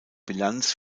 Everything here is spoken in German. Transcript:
bilanz